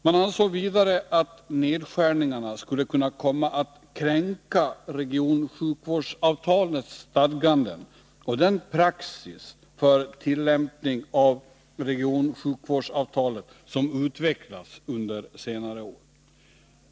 Man ansåg vidare att nedskärningarna skulle kunna komma att kränka regionsjukvårdsavtalets stadganden och den praxis för tillämpning av regionsjukvårdsavtalet som utvecklats under senare år.